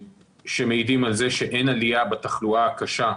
שמעידים על זה שאין עלייה בתחלואה הקשה,